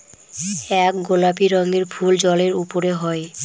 এক গোলাপি রঙের ফুল জলের উপরে হয়